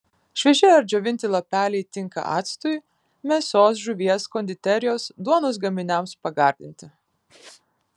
švieži ar džiovinti lapeliai tinka actui mėsos žuvies konditerijos duonos gaminiams pagardinti